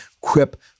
Quip